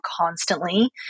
constantly